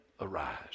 arise